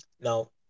Now